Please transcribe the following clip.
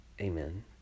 amen